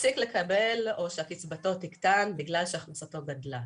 יפסיק לקבל או שקצבתו תקטן בגלל שהכנסתו גדלה.